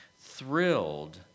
thrilled